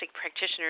practitioners